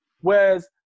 Whereas